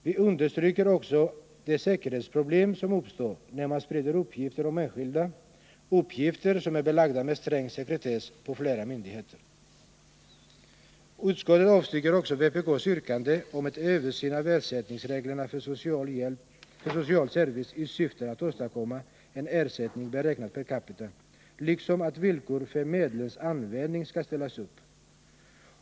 Vi understryker också de säkerhetsproblem som uppstår när man sprider uppgifter om enskilda — uppgifter som är belagda med sträng sekretess — på flera myndigheter. Utskottet avstyrker också vpk:s yrkande om en översyn av ersättningsreglerna för social service i syfte att åstadkomma en ersättning beräknad per capita liksom att villkor för medlens användning skall ställas upp.